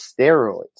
steroids